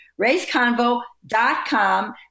raceconvo.com